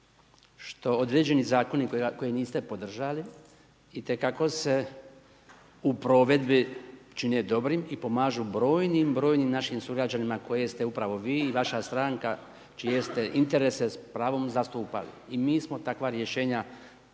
što određeni zakoni koje niste podržali itekako se u provedbi čine dobrim i pomažu brojnim, brojnim našim sugrađanima koje ste upravo vi i vaša stranka čije ste interese s pravom zastupali i mi smo takva rješenja